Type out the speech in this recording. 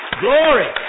Glory